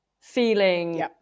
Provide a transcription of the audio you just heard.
feeling